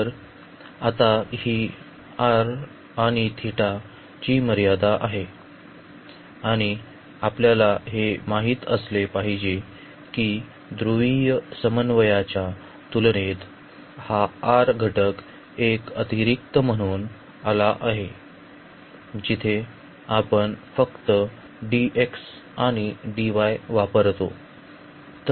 तर आता ही R आणि θ ची मर्यादा आहे आणि आपल्याला हे माहित असले पाहिजे की ध्रुवीय समन्वयाच्या तुलनेत हा R घटक एक अतिरिक्त म्हणून आला आहे जिथे आपण फक्त dx आणि dy वापरतो